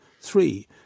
Three